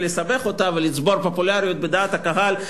לסבך אותה ולצבור פופולריות בדעת הקהל.